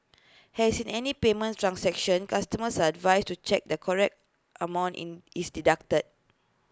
has in any payment transaction customers are advised to check that correct amount in is deducted